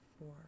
four